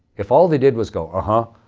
if all they did was go uh-huh,